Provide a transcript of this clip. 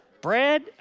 Brad